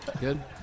Good